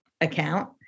account